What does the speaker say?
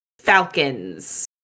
falcons